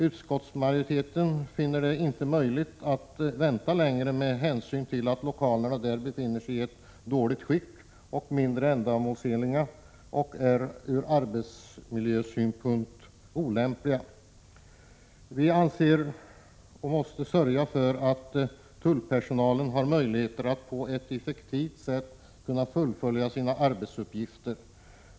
Utskottsmajoriteten finner det inte möjligt att vänta längre, med hänsyn till att lokalerna där befinner sig i ett dåligt skick, att de är mindre ändamålsenliga och ur arbetsmiljösynpunkt olämpliga. Vi måste sörja för att tullpersonalen har möjligheter att på ett effektivt sätt fullfölja sina arbetsuppgifter.